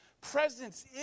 presence